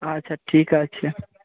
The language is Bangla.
আচ্ছা ঠিক আছে